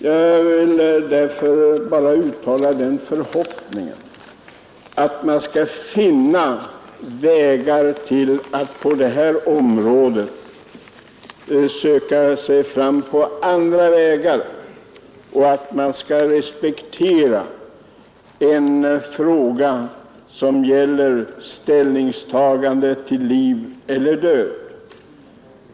Jag vill därför bara uttala den förhoppningen att man skall finna möjligheter att på detta område söka sig fram på andra vägar och att man skall respektera en fråga som gäller ställningstagandet till liv eller död.